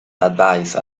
advice